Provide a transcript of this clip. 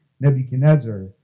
Nebuchadnezzar